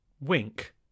wink